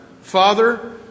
father